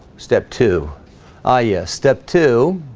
step two oh yeah step two